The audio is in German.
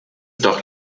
doch